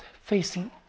facing